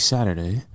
Saturday